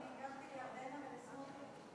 תיאמתי עם המזכירות ועם חבר הכנסת סמוטריץ.